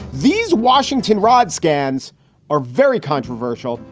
these washington rod scans are very controversial.